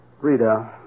Rita